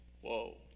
Whoa